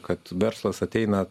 kad verslas ateina